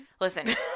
listen